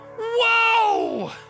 whoa